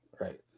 right